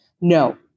no